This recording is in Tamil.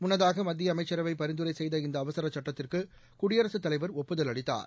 முன்னதாகமத்தியஅமைசசரவைபரிந்துரைசெய்த இந்தஅவசரசுட்டத்திற்ககுடியரசுத் தலைவர் ஒப்புதல் அளித்தார்